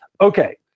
Okay